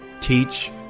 teach